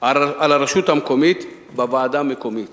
על הרשות המקומית בוועדה המקומית